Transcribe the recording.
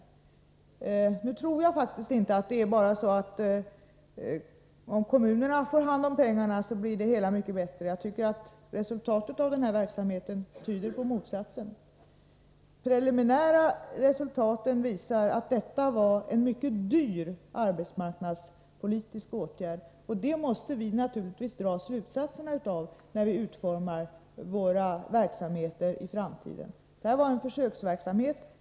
Jag tror faktiskt inte att om bara kommunerna får hand om pengarna, så blir det hela mycket bättre. Resultatet av den här verksamheten tyder på motsatsen. De preliminära resultaten visar att detta var en mycket dyr arbetsmarknadspolitisk åtgärd, och det måste vi naturligtvis dra slutsatserna av när vi utformar våra verksamheter i framtiden. Detta var en försöksverksamhet.